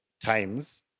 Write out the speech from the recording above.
times